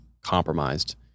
compromised